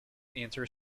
inter